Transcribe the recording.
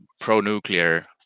pro-nuclear